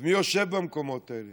אז מי יושב במקומות האלה?